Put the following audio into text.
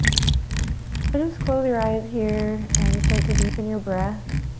so just close your eyes here and start to deepen your breath.